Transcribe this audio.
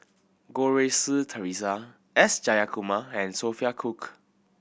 Goh Rui Si Theresa S Jayakumar and Sophia Cooke